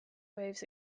waves